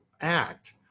act